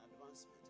advancement